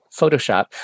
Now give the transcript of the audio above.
Photoshop